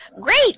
Great